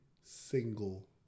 single